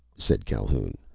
said calhoun,